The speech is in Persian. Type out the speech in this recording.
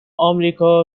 آمریکا